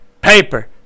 paper